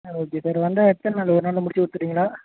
ஆ okay sir வந்தால் எத்தனை நாளில் ஒரு நாளில் முடித்து கொடுத்துடுவீங்களா